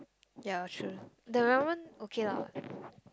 ya true the ramen okay lah